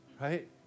Right